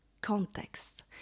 context